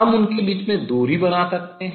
हम उनके बीच में दूरी बना सकते हैं